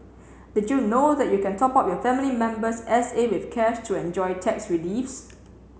did you know that you can top up your family member's S A with cash to enjoy tax reliefs